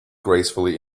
gracefully